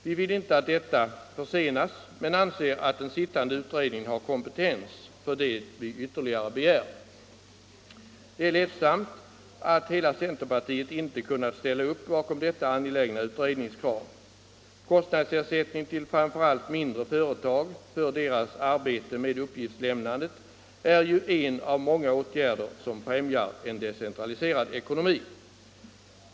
Vi vill inte att detta försenas men anser att den sittande utredningen har kompetens för det vi ytterligare begär. Det är ledsamt att inte hela centerpartiet kunnat ställa upp bakom detta angelägna utredningskrav. Kostnadsersättning till framför allt mindre företag för deras arbete med uppgiftslämnandet är ju en av många åtgärder som främjar en decentråliserad ekonomi.